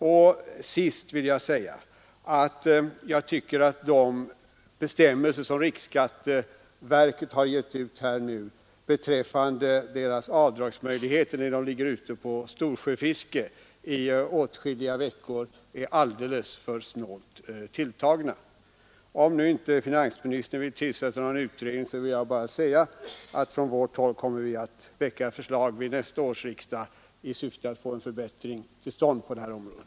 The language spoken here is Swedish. Till sist vill jag säga, att jag tycker att riksskatteverkets bestämmelser beträffande fiskarnas avdragsmöjligheter när de ligger ute på storsjöfiske i åtskilliga veckor är alldeles för snålt tilltagna. Om finansministern inte tänker tillsätta någon utredning, vill jag bara säga att vi från vårt håll kommer att väcka förslag vid nästa års riksdag i syfte att få en förbättring till stånd på det här området.